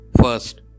first